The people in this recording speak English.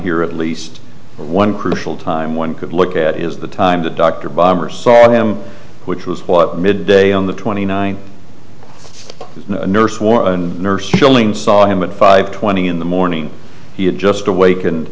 here at least one crucial time one could look at is the time the doctor bombers saw him which was what midday on the twenty nine nurse warren nurse schilling saw him at five twenty in the morning he had just awake